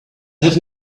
have